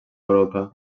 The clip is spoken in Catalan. europa